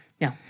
no